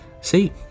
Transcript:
see